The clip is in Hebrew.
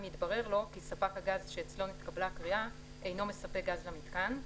התברר לו כי ספק הגז שאצלו נתקבלה הקריאה אינו מספק גז למיתקן,